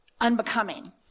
unbecoming